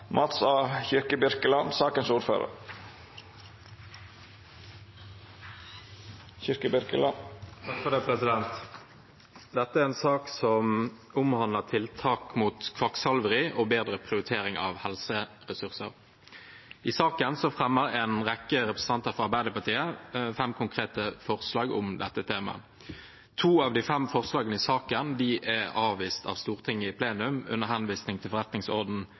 Dette er en sak som omhandler tiltak mot kvakksalveri og bedre prioritering av helseressurser. I saken fremmer en rekke representanter fra Arbeiderpartiet fem konkrete forslag om dette temaet. To av de fem forslagene er avvist av Stortinget i plenum under henvisning til